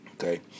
Okay